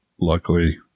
luckily